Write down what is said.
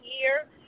year